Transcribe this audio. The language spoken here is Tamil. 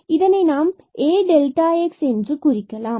இதனை நாம் இவ்வாறு Ax எனக் குறிக்கிறோம்